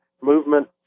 movement